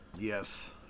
Yes